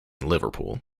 liverpool